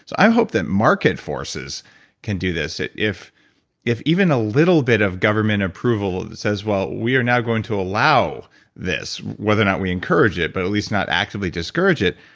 i hope that market forces can do this. if if even a little bit of government approval says, well, we are now going to allow this, whether or not we encourage it, but at least not actively discourage it.